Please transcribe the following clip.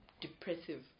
depressive